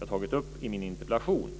jag tagit upp i min interpellation.